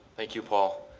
thank you paul.